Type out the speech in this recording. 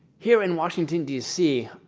here in washington, d c,